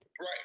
Right